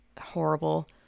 horrible